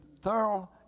thorough